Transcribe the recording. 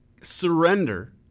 surrender